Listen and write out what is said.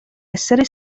essere